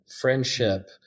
friendship